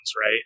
right